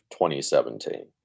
2017